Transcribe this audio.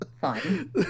fine